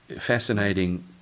fascinating